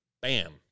bam